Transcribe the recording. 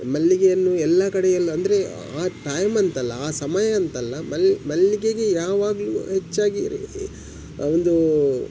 ಮಲ್ಲಿಗೆಯನ್ನು ಎಲ್ಲ ಕಡೆಯಲ್ಲು ಅಂದರೆ ಆ ಟೈಮ್ ಅಂತಲ್ಲ ಆ ಸಮಯ ಅಂತಲ್ಲ ಮಲ್ಲಿ ಮಲ್ಲಿಗೆಗೆ ಯಾವಾಗಲು ಹೆಚ್ಚಾಗಿ ಒಂದು